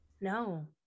No